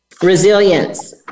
Resilience